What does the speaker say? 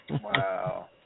Wow